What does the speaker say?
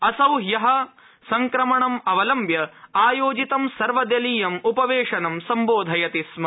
असौ ह्यः संक्रमणम् अवलम्ब्य आयोजितं सर्वदलीयम् उपवेशनं सम्बोधयति स्म